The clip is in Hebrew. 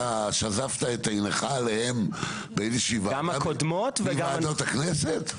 אתה שזפת את עיניך עליהן באיזושהי ועדה מוועדות הכנסת?